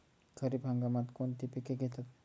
खरीप हंगामात कोणती पिके घेतात?